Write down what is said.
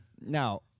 Now